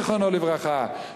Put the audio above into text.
זיכרונו לברכה,